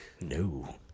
No